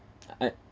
I